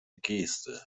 geste